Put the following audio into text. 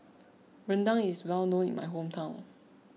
Rendang is well known in my hometown